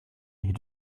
you